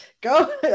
go